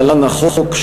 להלן: החוק,